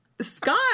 Scott